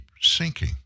sinking